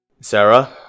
Sarah